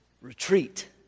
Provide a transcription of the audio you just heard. retreat